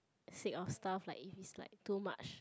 sick of stuff like if it's like too much